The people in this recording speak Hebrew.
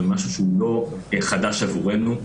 זה משהו שהוא לא חדש עבורנו,